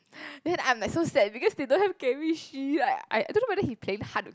then I'm like so sad because they don't have chemistry like I don't know whether he playing hard to